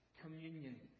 communion